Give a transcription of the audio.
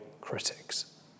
critics